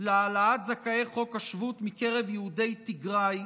להעלאת זכאי חוק השבות מקרב יהודי תיגראי,